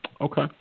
Okay